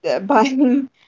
buying